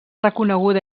reconeguda